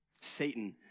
Satan